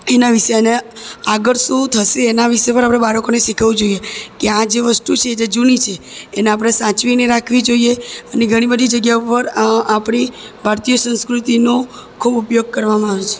એના વિશે અને આગળ શું થશે એના વિશે પણ આપણાં બાળકોને શીખવવું જોઈએ કે આ જે વસ્તુ છે જે જૂની છે એને આપણે સાચવીને રાખવી જોઈએ અને ઘણી બધી જગ્યાઓ પર આપણી ભારતીય સંસ્કૃતિનો ખૂબ ઉપયોગ કરવામાં આવ્યો છે